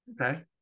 okay